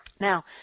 now